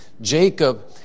Jacob